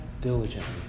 diligently